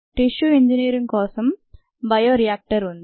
tissue engineering కోసం bioreactor ఉంది